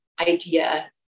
idea